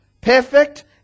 perfect